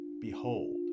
Behold